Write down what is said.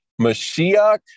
Mashiach